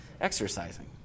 exercising